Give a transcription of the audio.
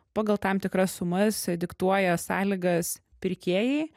pagal tam tikras sumas diktuoja sąlygas pirkėjai